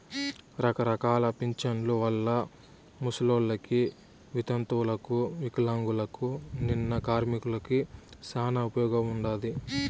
రకరకాల పింఛన్ల వల్ల ముసలోళ్ళకి, వితంతువులకు వికలాంగులకు, నిన్న కార్మికులకి శానా ఉపయోగముండాది